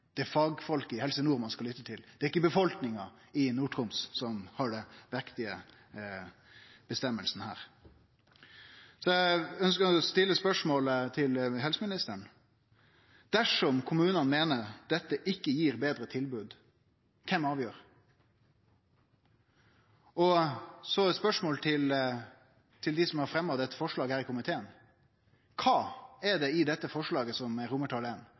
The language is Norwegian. Det er fagfolk i Helse Nord ein skal lytte til, det er ikkje befolkninga i Nord-Troms ein legg vekt på i denne avgjerda. Eg ønskjer å stille spørsmålet til helseministeren: Dersom kommunane meiner at dette ikkje gjev eit betre tilbod, kven avgjer? Og så eit spørsmål til dei som har fremja forslag til vedtak I her i komiteen: Kva er det i det forslaget som